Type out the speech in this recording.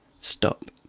Stop